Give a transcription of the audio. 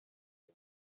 uyu